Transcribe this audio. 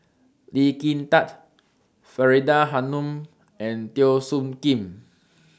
Lee Kin Tat Faridah Hanum and Teo Soon Kim